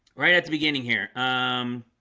right at the beginning here. um